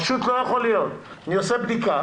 פשוט לא יכול להיות, שאני עושה בדיקה,